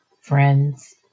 friends